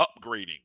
upgrading